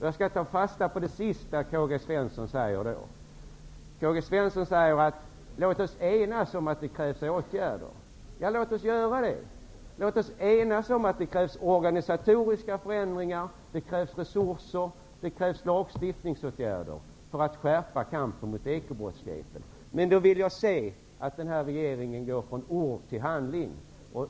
Jag skall ta fasta på det sista Karl-Gösta Svenson sade. Han sade: Låt oss enas om att det krävs åtgärder. Låt oss göra det. Låt oss enas om att det krävs organisatoriska förändringar, resurser och lagstiftningsåtgärder för att skärpa kampen mot ekobrottsligheten. Då vill jag se att regeringen går från ord till handling.